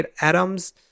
atoms